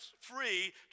free